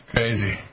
Crazy